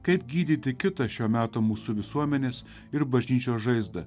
kaip gydyti kitą šio meto mūsų visuomenės ir bažnyčios žaizdą